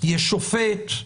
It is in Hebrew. יש שופט,